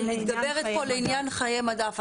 אני מדברת פה לעניין חיי מדף.